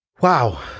wow